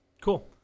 Cool